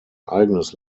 eigenes